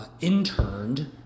interned